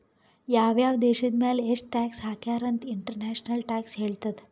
ಯಾವ್ ಯಾವ್ ದೇಶದ್ ಮ್ಯಾಲ ಎಷ್ಟ ಟ್ಯಾಕ್ಸ್ ಹಾಕ್ಯಾರ್ ಅಂತ್ ಇಂಟರ್ನ್ಯಾಷನಲ್ ಟ್ಯಾಕ್ಸ್ ಹೇಳ್ತದ್